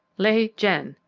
lieh jen,